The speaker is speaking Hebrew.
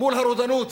מול הרודנות.